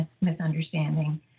misunderstanding